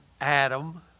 Adam